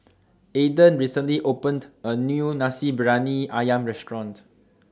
Aaden recently opened A New Nasi Briyani Ayam Restaurant